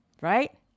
right